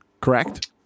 correct